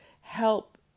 help